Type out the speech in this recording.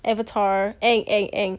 avatar Aang Aang Aang